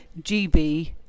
GB